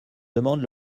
demande